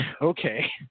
okay